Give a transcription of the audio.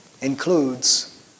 includes